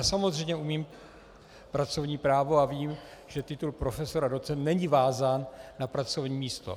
Samozřejmě umím pracovní právo a vím, že titul profesor a docent není vázán na pracovní místo.